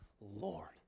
Lord